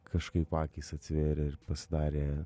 kažkaip akys atsivėrė ir pasidarė